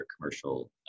commercial